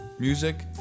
Music